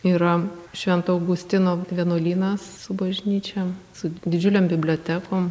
yra švento augustino vienuolynas su bažnyčia su didžiulėm bibliotekom